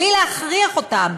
בלי להכריח אותם,